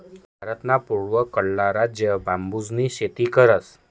भारतना पूर्वकडला राज्य बांबूसनी शेती करतस